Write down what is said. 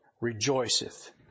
rejoiceth